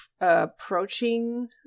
approaching